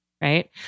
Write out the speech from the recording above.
right